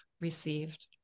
received